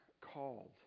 called